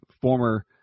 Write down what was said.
former